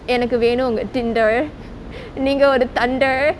எனக்கு வேணும் உங்க:enaku venum ungga Tinder நீங்க ஒரு:neenga oru thunder